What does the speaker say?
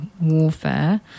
warfare